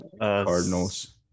Cardinals